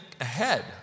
ahead